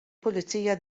pulizija